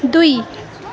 दुई